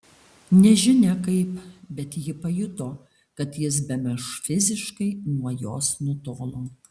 nežinia kaip bet ji pajuto kad jis bemaž fiziškai nuo jos nutolo